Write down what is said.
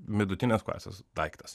vidutinės klasės daiktas